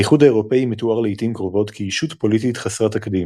האיחוד האירופי מתואר לעיתים קרובות כישות פוליטית חסרת תקדים,